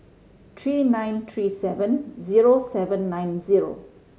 three nine three seven zero seven nine zero